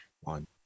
One